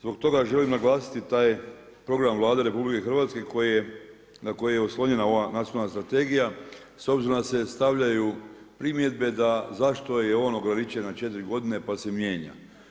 Zbog toga želim naglasiti taj program Vlade RH, na koje je naslonjena ova nacionalna strategija, s obzirom da se stavljaju primjedbe da zašto je on ograničen na 4 godine, pa se mijenja.